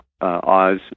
Oz